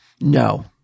No